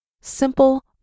Simple